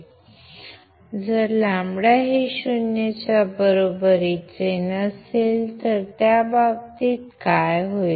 तर जर λ हे 0 च्या बरोबरीचे नसेल तर त्या बाबतीत काय होईल